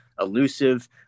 elusive